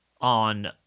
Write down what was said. on